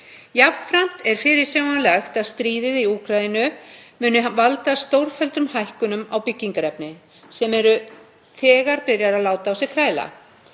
Jafnframt er fyrirsjáanlegt að stríðið í Úkraínu muni valda stórfelldum hækkunum á byggingarefni og þær eru þegar byrjaðar að láta á sér kræla.